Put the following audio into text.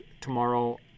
tomorrow